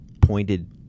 pointed